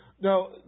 Now